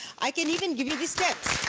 i can even give you the steps.